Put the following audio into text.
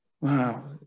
Wow